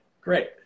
great